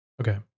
okay